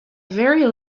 very